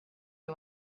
you